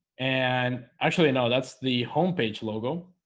and actually, no, that's the home page logo